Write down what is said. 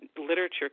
literature